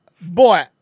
Boy